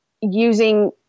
using